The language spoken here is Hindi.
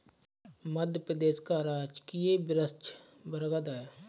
मध्य प्रदेश का राजकीय वृक्ष बरगद है